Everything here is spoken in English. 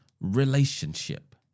relationship